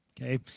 okay